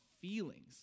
feelings